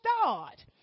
start